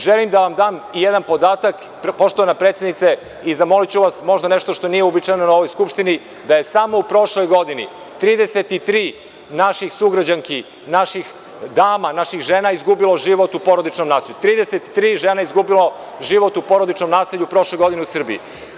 Želim da vam dam i jedan podatak, poštovana predsednice, i zamoliću vas možda nešto što nije uobičajeno u ovoj Skupštini, da je samo u prošloj godini 33 naših sugrađanki, naših dama, naših žena izgubilo život u porodičnom nasilju, 33 žena je izgubilo život u porodičnom nasilju prošle godine u Srbiji.